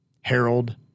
Harold